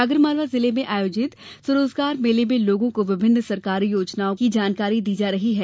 आगरमालवा जिले में आयोजित स्वरोजगार मेले में लोगों को विभिन्न सरकारी योजनाओं को जानकारी दी जा रही है